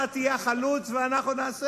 אתה תהיה החלוץ ואנחנו נעשה.